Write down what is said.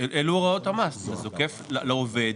אלו הוראות המס, אתה זוקף לעובד.